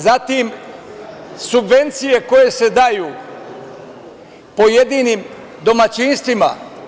Zatim, subvencije koje se daju pojedinim domaćinstvima.